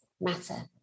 matter